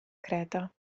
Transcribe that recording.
creta